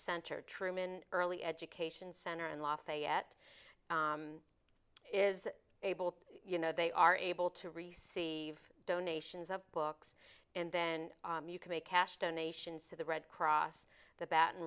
center truman early education center in lafayette is able you know they are able to receive donations of books and then you can make cash donations to the red cross the baton